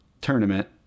Tournament